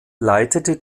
leitete